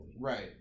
Right